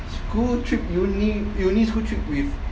school trip uni uni school trip with